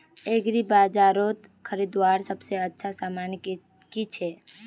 एग्रीबाजारोत खरीदवार सबसे अच्छा सामान की छे?